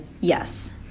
Yes